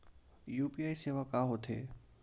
UPI सेवा का होथे?